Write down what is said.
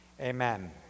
Amen